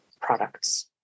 products